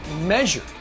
measured